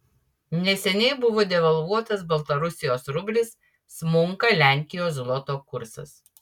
neseniai buvo devalvuotas baltarusijos rublis smunka lenkijos zloto kursas